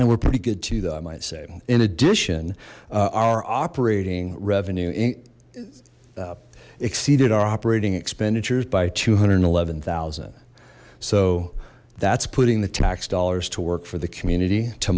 and we're pretty good too though i might say in addition our operating revenue exceeded our operating expenditures by two hundred and eleven thousand so that's putting the tax dollars to work for the community to